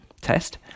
test